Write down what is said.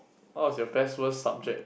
what was your best worst subject